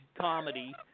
comedy